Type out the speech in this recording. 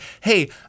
hey